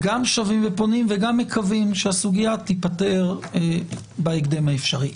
גם שבים ופונים וגם מקווים שהסוגיה תיפתר בהקדם האפשרי.